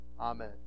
Amen